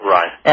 Right